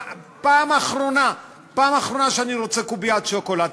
פעם אחרונה שאני רוצה קוביית שוקולד.